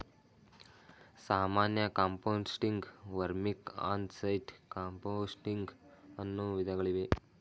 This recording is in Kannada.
ಸಾಮಾನ್ಯ ಕಾಂಪೋಸ್ಟಿಂಗ್, ವರ್ಮಿಕ್, ಆನ್ ಸೈಟ್ ಕಾಂಪೋಸ್ಟಿಂಗ್ ಅನ್ನೂ ವಿಧಗಳಿವೆ